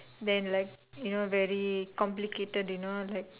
then like you know very complicated you know like